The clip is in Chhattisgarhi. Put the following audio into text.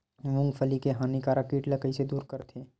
मूंगफली के हानिकारक कीट ला कइसे दूर करथे?